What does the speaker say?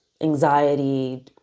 anxiety